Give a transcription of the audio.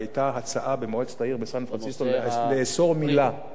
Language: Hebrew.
היתה הצעה במועצת העיר בסן-פרנסיסקו לאסור מילה.